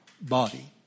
body